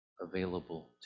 available